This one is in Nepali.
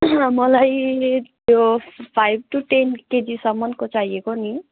मलाई त्यो फाइभ टु टेन केजीसम्मको चाहिएको नि